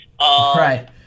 Right